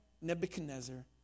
Nebuchadnezzar